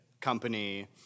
company